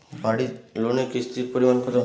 বাড়ি লোনে কিস্তির পরিমাণ কত?